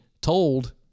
told